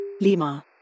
Lima